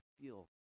feel